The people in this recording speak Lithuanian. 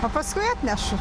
o paskui atnešu